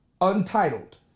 Untitled